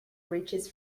reaches